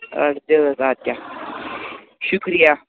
آ دِ حظ اَدٕ کیٛاہ شُکریہ